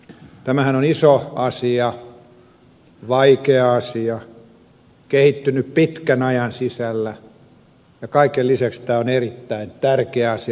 tämähän on iso asia vaikea asia kehittynyt pitkän ajan sisällä ja kaiken lisäksi tämä on erittäin tärkeä asia